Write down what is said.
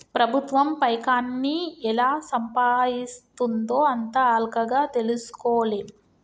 ప్రభుత్వం పైకాన్ని ఎలా సంపాయిస్తుందో అంత అల్కగ తెల్సుకోలేం